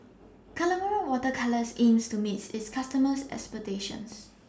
Colora Water Colours aims to meet its customers' expectations